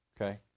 Okay